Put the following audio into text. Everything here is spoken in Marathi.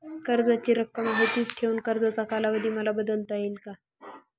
कर्जाची रक्कम आहे तिच ठेवून कर्जाचा कालावधी मला बदलता येईल का?